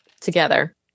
together